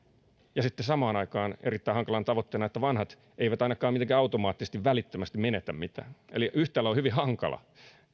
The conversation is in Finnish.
ja sitten samaan aikaan on erittäin hankalana tavoitteena että vanhat eivät ainakaan mitenkään automaattisesti välittömästi menetä mitään eli yhtälö on hyvin hankala